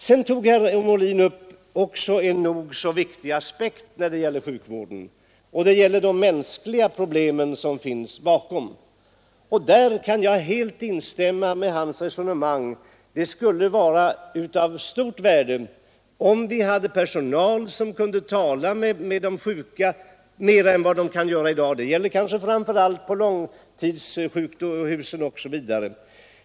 Sedan tog herr Molin upp en nog så viktig aspekt när det gäller sjukvården, nämligen de mänskliga problemen som finns bakom. Där kan jag helt instämma i hans resonemang. Det skulle vara av stort värde om vi hade tillräckligt med personal som kunde tala med de sjuka — detta gäller kanske framför allt patienterna inom långtidsvården.